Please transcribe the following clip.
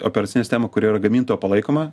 operacinę stemą kuri yra gamintojo palaikoma